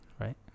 Right